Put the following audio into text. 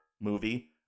movie